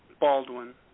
Baldwin